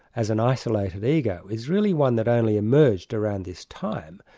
as an isolated ego, is really one that only emerged around this time.